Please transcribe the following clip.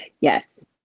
Yes